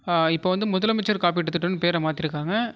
இப்போ வந்து முதலமைச்சர் காப்பீட்டு திட்டம்னு பேரை மாற்றிருக்காங்க